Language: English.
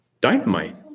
Dynamite